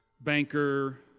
banker